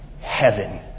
heaven